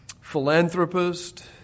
philanthropist